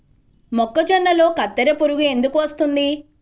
మొక్కజొన్నలో కత్తెర పురుగు ఎందుకు వస్తుంది?